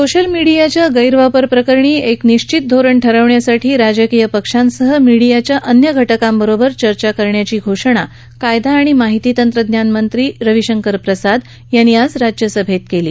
social मिडीयाच्या गैरवापर प्रकरणी एक निश्वित धोरण ठरवण्यासाठी राजकीय पक्षांसह मिडीयाच्या अन्य घटकांबरोबर चर्चा करण्यात येईल अशी घोषणा कायदा आणि माहिती तंत्रज्ञान मंत्री रवीशंकर प्रसाद यांनी आज राज्यसभेत केली